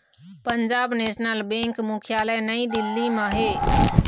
Punjab national bank मुख्यालय नई दिल्ली म हे